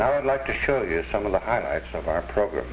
like to show you some of the highlights of our program